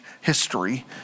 history